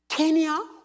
Kenya